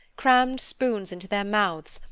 crammed spoons into their mouths,